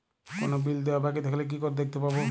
কোনো বিল দেওয়া বাকী থাকলে কি করে দেখতে পাবো?